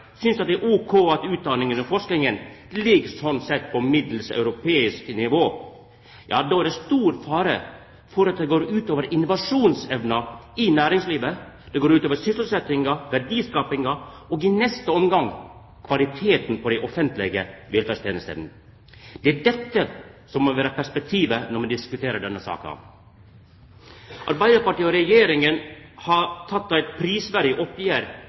synest det er ok at utdanninga og forskinga ligg på middels europeisk nivå, ja då er det stor fare for at det går ut over innovasjonsevna i næringslivet, og at det går ut over sysselsetjinga, verdiskapinga og i neste omgang kvaliteten på dei offentlege velferdstenestene. Det er dette som må vera perspektivet når me diskuterer denne saka. Arbeidarpartiet og Regjeringa har teke eit prisverdig oppgjer